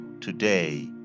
today